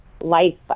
life